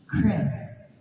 Chris